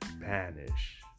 banish